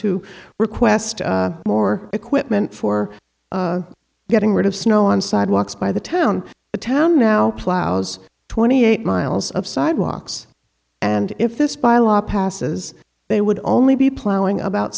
to request more equipment for getting rid of snow on sidewalks by the town the town now plows twenty eight miles of sidewalks and if this by law passes they would only be plowing about